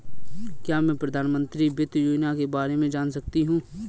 क्या मैं प्रधानमंत्री वित्त योजना के बारे में जान सकती हूँ?